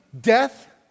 death